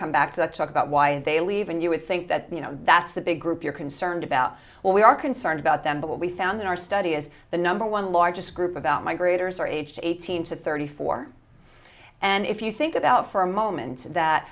come back to talk about why they leave and you would think that you know that's the big group you're concerned about or we are concerned about them but what we found in our study is the number one largest group about my graders are aged eighteen to thirty four and if you think about for a moment that